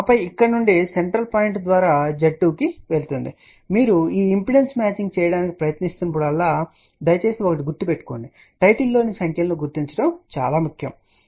ఆపై ఇక్కడ నుండి సెంట్రల్ పాయింట్ ద్వారా పాయింట్ z2 కు వెళ్తుంది మీరు ఈ ఇంపిడెన్స్ మ్యాచింగ్ చేయడానికి ప్రయత్నిస్తున్నప్పుడల్లాదయచేసి ఒక విషయం గుర్తుంచుకోండి టైటిల్లోని సంఖ్యలను గుర్తించడం చాలా ముఖ్యం సరే